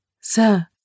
Sir